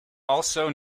also